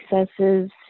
successes